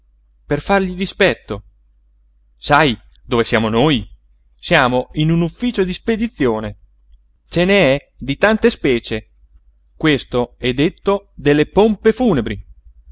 per fargli dispetto sai dove siamo noi siamo in un ufficio di spedizione ce n'è di tante specie questo è detto delle pompe funebri